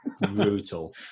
brutal